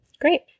Great